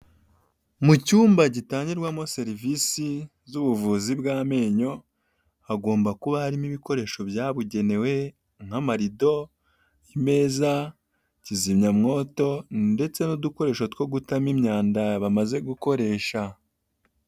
Mu cyumba gitangirwamo serivisi z'ubuvuzi bw'amenyo, hagomba kuba harimo ibikoresho byabugenewe nk'amarido, imeza, kizimyamwoto ndetse n'udukoresho two gutamo imyanda bamaze gukoresha.